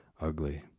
ugly